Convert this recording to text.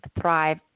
Thrive